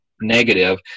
negative